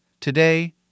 Today